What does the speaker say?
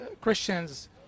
Christians